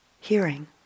hearing